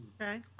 okay